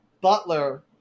butler